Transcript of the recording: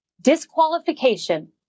disqualification